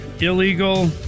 Illegal